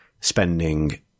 spending